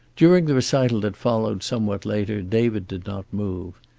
during the recital that followed somewhat later david did not move.